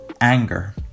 anger